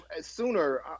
Sooner